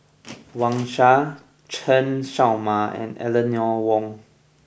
Wang Sha Chen Show Mao and Eleanor Wong